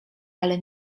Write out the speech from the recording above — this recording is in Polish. ale